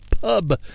Pub